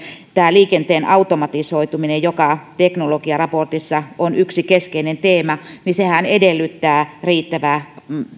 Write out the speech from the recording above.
liikenteen automatisoituminen joka teknologiaraportissa on yksi keskeinen teema sehän edellyttää riittävää